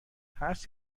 هست